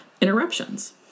interruptions